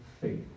faith